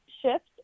shift